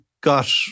got